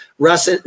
Russ